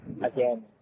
again